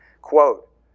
quote